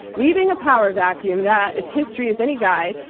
leaving a power vacuum that, if history is any guide,